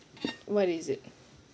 what is it